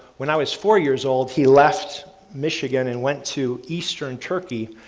when i was four years old, he left michigan and went to eastern turkey,